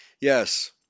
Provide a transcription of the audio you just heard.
Yes